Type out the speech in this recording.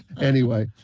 anyways,